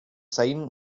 sign